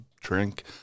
drink